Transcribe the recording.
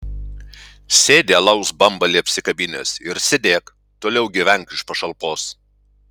sėdi alaus bambalį apsikabinęs ir sėdėk toliau gyvenk iš pašalpos